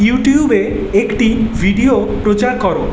ইউটিউবে একটি ভিডিও প্রচার কর